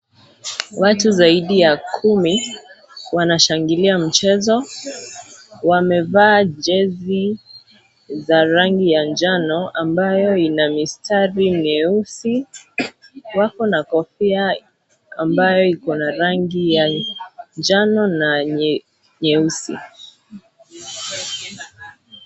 Watu saidi ya kumi wanashangilia mchezo wamevaa jezi za rangi ya njano ambayo ina misitari mieusi, wako na kofia ambayo iko na rangi ya njano na nyeusi.